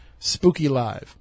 SPOOKYLIVE